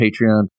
patreon